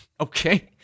Okay